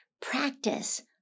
practice